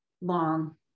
long